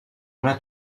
una